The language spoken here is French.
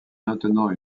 maintenant